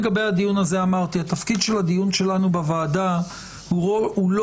התפקיד של הדיון שלנו בוועדה הוא לא